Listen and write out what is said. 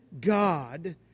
God